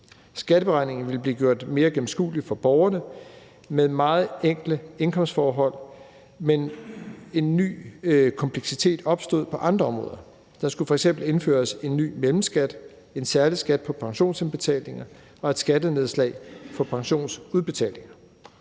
Skatteberegningen ville blive gjort mere gennemskuelig for borgere med meget enkle indkomstforhold, men en ny kompleksitet opstod på andre områder. Der skulle f.eks. indføres en ny mellemskat, en særlig skat på pensionsindbetalinger og et skattenedslag på pensionsudbetalinger.